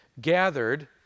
gathered